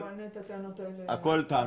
אנחנו נעלה את הטענות האלה בהמשך.